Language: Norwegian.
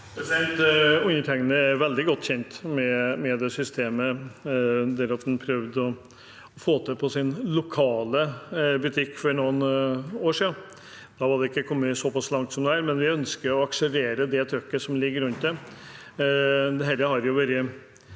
Undertegnede er veldig godt kjent med det systemet – og prøvde å få det til på sin lokale butikk for noen år siden. Da var det ikke kommet såpass langt som nå, men vi ønsker å akselerere det trykket som ligger rundt det.